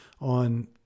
on